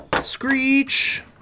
Screech